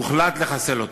הוחלט לחסל אותו.